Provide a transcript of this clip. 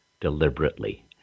deliberately